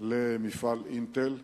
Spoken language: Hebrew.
למפעל "אינטל".